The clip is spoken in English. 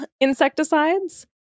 insecticides